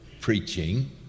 preaching